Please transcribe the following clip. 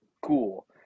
cool